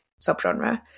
subgenre